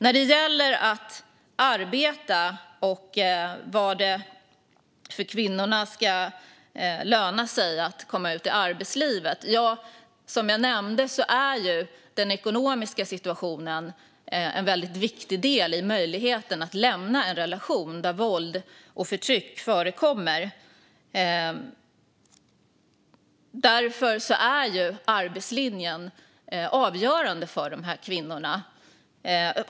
När det gäller att arbeta och hur det ska löna sig för kvinnorna att komma ut i arbetslivet är, som jag nämnde, den ekonomiska situationen en väldigt viktig del i möjligheten att lämna en relation där våld och förtryck förekommer. Därför är arbetslinjen avgörande för dessa kvinnor.